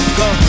go